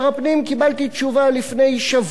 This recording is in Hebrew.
קיבלתי תשובה לפני שבוע,